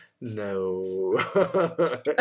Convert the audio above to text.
No